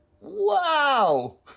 wow